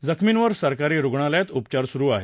जखमींवर सरकारी रुग्णालयात उपचार सुरु आहेत